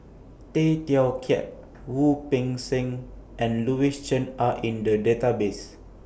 Tay Teow Kiat Wu Peng Seng and Louis Chen Are in The Database